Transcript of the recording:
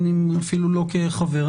גם לא כחבר,